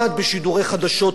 אבל גם בדברים אחרים,